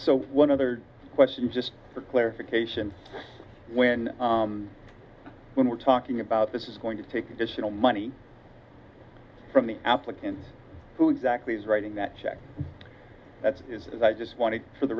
so one other question just for clarification when when we're talking about this is going to take additional money from the applicant who exactly is writing that check that is i just want to for the